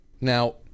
Now